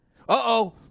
Uh-oh